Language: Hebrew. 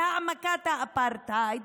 בהעמקת האפרטהייד,